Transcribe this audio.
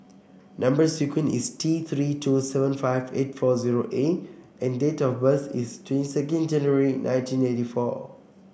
number sequence is T Three two seven five eight four zero A and date of birth is twenty second January nineteen eighty four